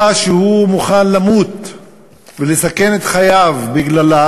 שהוא מוכן למות ולסכן את חייו בגללה,